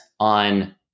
On